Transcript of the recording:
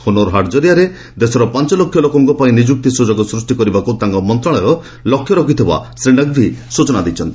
ହୁନରହାଟ୍ ଜରିଆରେ ଦେଶର ପାଞ୍ଚ ଲକ୍ଷ ଲୋକଙ୍କ ପାଇଁ ନିଯୁକ୍ତି ସୁଯୋଗ ସୃଷ୍ଟି କରିବାକୁ ତାଙ୍କ ମନ୍ତଶାଳୟ ଲକ୍ଷ୍ୟ ରଖିଥିବା ଶ୍ରୀ ନକ୍ବି ସୂଚନା ଦେଇଛନ୍ତି